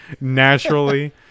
naturally